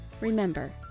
Remember